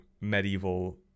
medieval